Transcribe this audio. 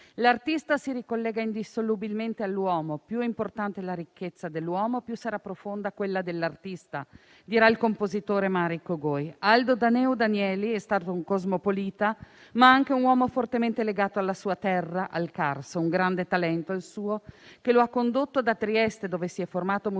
L'artista si ricollega indissolubilmente all'uomo; più è importante la ricchezza dell'uomo, più sarà profonda quella dell'artista dirà il compositore Marij Kogoj. Aldo Daneu Danieli è stato un cosmopolita, ma anche un uomo fortemente legato alla sua terra, al Carso. Un grande talento, il suo, che lo ha condotto da Trieste, dove si è formato musicalmente